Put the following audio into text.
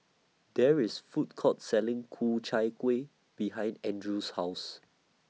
There IS A Food Court Selling Ku Chai Kuih behind Andrew's House